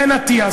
חן אטיאס,